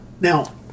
Now